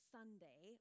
Sunday